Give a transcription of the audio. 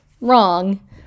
wrong